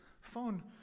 phone